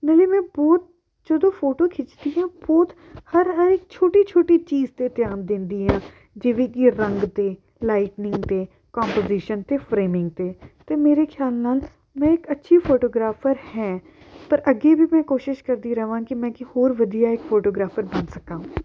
ਨਾਲੇ ਮੈਂ ਬਹੁਤ ਜਦੋਂ ਫੋਟੋ ਖਿੱਚਦੀ ਹਾਂ ਬਹੁਤ ਹਰ ਹਰ ਇੱਕ ਛੋਟੀ ਛੋਟੀ ਚੀਜ਼ 'ਤੇ ਧਿਆਨ ਦਿੰਦੀ ਹਾਂ ਜਿਵੇਂ ਕਿ ਰੰਗ 'ਤੇ ਲਾਈਟਨਿੰਗ 'ਤੇ ਕੰਪੋਜੀਸ਼ਨ 'ਤੇ ਫਰੇਮਿੰਗ 'ਤੇ ਅਤੇ ਮੇਰੇ ਖਿਆਲ ਨਾਲ ਮੈਂ ਇੱਕ ਅੱਛੀ ਫੋਟੋਗ੍ਰਾਫਰ ਹੈ ਪਰ ਅੱਗੇ ਵੀ ਮੈਂ ਕੋਸ਼ਿਸ਼ ਕਰਦੀ ਰਹਾਂ ਕਿ ਮੈਂ ਕਿ ਹੋਰ ਵਧੀਆ ਇੱਕ ਫੋਟੋਗ੍ਰਾਫਰ ਬਣ ਸਕਾਂ